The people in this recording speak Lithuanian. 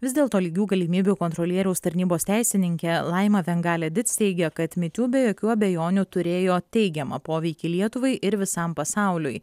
vis dėlto lygių galimybių kontrolieriaus tarnybos teisininkė laima vengalėdits teigė kad me too be jokių abejonių turėjo teigiamą poveikį lietuvai ir visam pasauliui